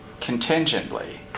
contingently